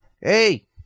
Hey